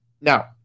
now